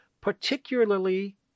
particularly